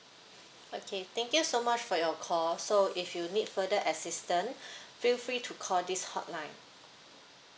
okay thank you so much for your call so if you need further assistant feel free to call this hotline